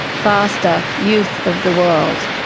faster youth of the world.